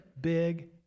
big